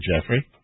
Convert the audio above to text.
jeffrey